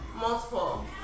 Multiple